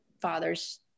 fathers